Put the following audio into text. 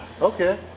Okay